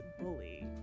bully